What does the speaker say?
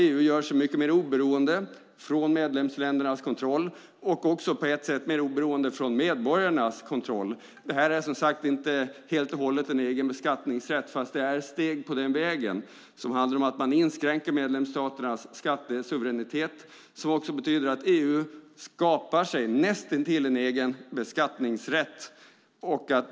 EU gör sig mycket mer oberoende av medlemsländernas kontroll och också på ett sätt av medborgarnas kontroll. Det är inte helt och hållet en egen beskattningsrätt fastän det är steg på den vägen. Det handlar om att man inskränker medlemsstaternas skattesuveränitet. Det betyder att EU skapar sig näst intill en egen beskattningsrätt.